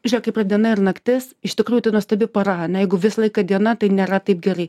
žiūrėk kaip yra diena ir naktis iš tikrųjų tai nuostabi para ane jeigu visą laiką diena tai nėra taip gerai